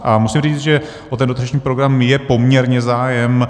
A musím říct, že o ten dotační program je poměrně zájem.